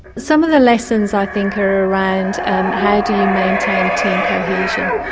some of the lessons i think are around and how do you maintain team cohesion,